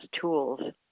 tools